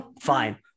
fine